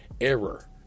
error